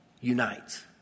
unites